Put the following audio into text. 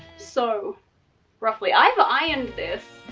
so ruffly, i have ironed this.